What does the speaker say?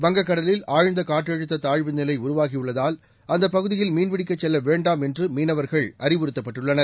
வங்கக்கடலில் ஆழ்ந்த காற்றழுத்த தாழ்வு நிலை உருவாகியுள்ளதால் அந்தப்பகுதியில் மீன்பிடிக்கச் செல்ல வேண்டாம் என்று மீனவர்கள் அறிவுறுத்தப்பட்டுள்ளனர்